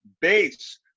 base